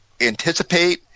anticipate